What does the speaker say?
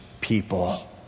people